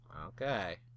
Okay